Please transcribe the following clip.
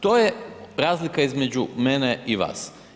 To je razlika između mene i vas.